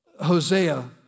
Hosea